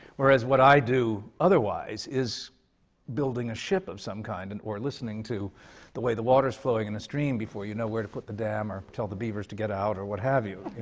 whereas what i do otherwise is building a ship of some kind, and or listening to the way the water is flowing in a stream before you know where to put the dam or tell the beavers to get out or what have you, you